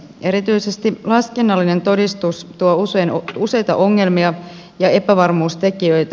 erityisesti laskennallinen todistus tuo useita ongelmia ja epävarmuustekijöitä